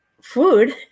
food